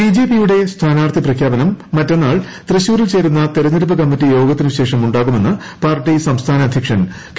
ബിജെപിയുടെ സ്ഥാനാർത്ഥി പ്രഖ്യാപനം മറ്റന്നാൾ തൃശൂരിൽ ചേരുന്ന തെരഞ്ഞെടുപ്പ് കമ്മിറ്റി യോഗത്തിന് ശേഷം ഉണ്ടാവുമെന്ന് പാർട്ടി സംസ്ഥാന അധ്യക്ഷൻ കെ